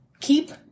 keep